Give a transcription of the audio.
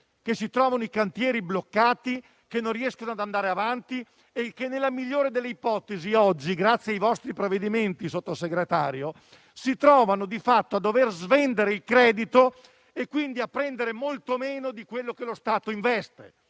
che trovano i cantieri bloccati, che non riescono ad andare avanti e che, nella migliore delle ipotesi, oggi, grazie ai vostri provvedimenti, signor Sottosegretario, si trovano di fatto a dover svendere il credito e, quindi, a prendere molto meno di quello che lo Stato investe.